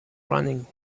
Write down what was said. running